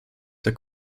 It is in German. der